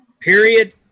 period